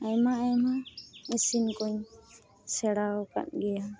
ᱟᱭᱢᱟ ᱟᱭᱢᱟ ᱤᱥᱤᱱ ᱠᱚᱧ ᱥᱮᱬᱟ ᱟᱠᱟᱫ ᱜᱮᱭᱟ